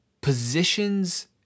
positions